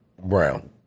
Brown